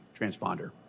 transponder